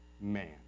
man